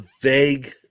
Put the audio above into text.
vague